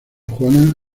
juana